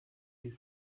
die